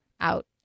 out